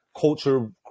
culture